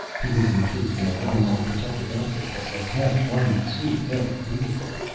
he was encased in a one-man protective outfit that was half armored suit, half vehicle.